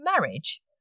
marriage